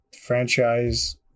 franchise